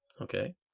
Okay